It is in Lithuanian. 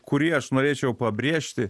kurį aš norėčiau pabrėžti